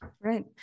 Right